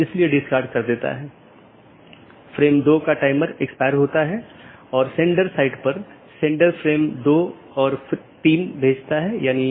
BGP किसी भी transport layer का उपयोग नहीं करता है ताकि यह निर्धारित किया जा सके कि सहकर्मी उपलब्ध नहीं हैं या नहीं